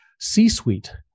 C-suite